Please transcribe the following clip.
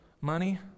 money